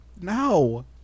no